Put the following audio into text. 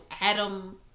Adam